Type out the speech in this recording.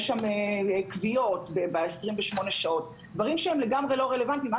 יש שם כוויות דברים שהם לגמרי לא רלוונטיים,